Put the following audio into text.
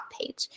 page